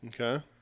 Okay